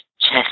chest